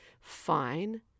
Fine